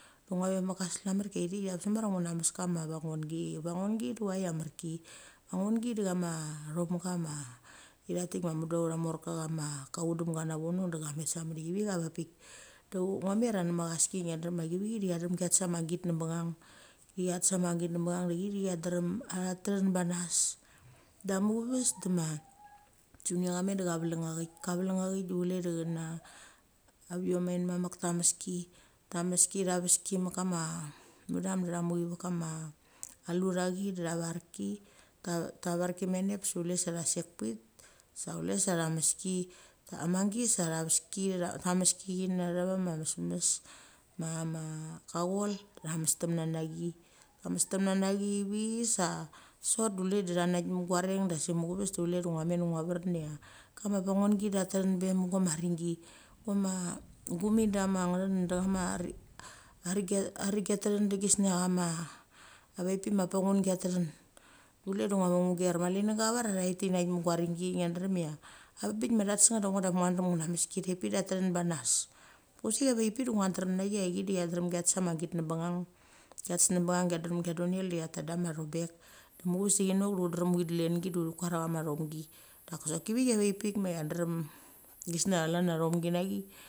Da ngo ve mek kama selamarki a pik da bes mamar cha ungia mes kama vanungi, vanungi da choi a mamar ki. Vanungi da cha ma thomga ma, thi cha tik ma mudu atha morka chama ka utdem da na vono de cha met sa mek chivi cha a vak pik. Da ngomer cha ngma chaski ngia drem cha chi vichi de cha drem cha tes ama git nebang da thi de cha drem atethin bechanes. Dek muchaves de ma junior cha met da cha vlung aik. Kavlung aik de chule de chena a viung ain mamek tameski. Tameski, tha veski mek kama mudem da cha muchi mek kama luchathi da cha verki, ta verki man nep se chule sa cha sek pik, sa chule satha meski, sa tha veski tha meski thi na tha ma mesmes ma, ma kachol, tha mestam na na chi. Tha mestemna na chi ivi sa sot du chule da chanek mek da reng da sik muchaves de chule de ngo met da ngia verin tha kama vanungi de tethin bek mek ducha ma renggi a renggi atethin de chesngia chama avek pik ma panungi atethin. Du chule de ngo ve ugre. Mali nemga chaur cha tha thet tenek mek ducha renggi ngia drem cha, a vek pik ma cha tes nget de ngo da a bes ngia drem una mes ki de tethin bechanas. Koki a vathpik de ngia drem nachi cha chi de cha doem chates a ma git nek bang chates ne bang cha drem chadonel da cha tet da ma thombek. Muchaves uthi drem utch delengi da uthi kuar tha ma thomgi. Da kisoki kivichi a vek pik ma cha drem, kisngia chlan cha thomgi na chi.